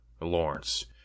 Lawrence